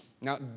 Now